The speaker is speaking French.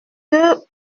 que